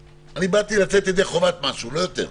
באתי לצאת ידי חובת משהו, לא יותר.